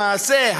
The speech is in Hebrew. למעשה,